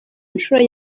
nshuro